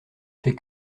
fais